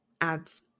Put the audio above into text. ads